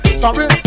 sorry